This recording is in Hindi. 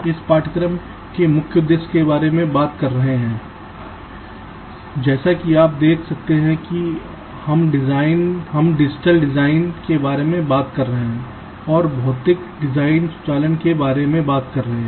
अब पाठ्यक्रम के मुख्य उद्देश्य के बारे में बात कर रहे हैं ठीक है जैसा कि आप देख सकते हैं कि हम डिजिटल डिजाइन के बारे में बात कर रहे हैं और हम भौतिक डिजाइन स्वचालन के बारे में बात कर रहे हैं